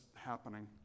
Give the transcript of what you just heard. happening